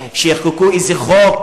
שיחקקו איזה חוק,